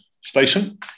station